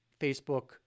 Facebook